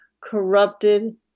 corrupted